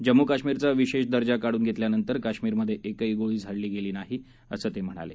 जम्मू कश्मीरचा विशेष दर्जा काढून घेतल्यानंतर कश्मीरमधे एकही गोळी झाडली गेली नाही असं ते म्हणाले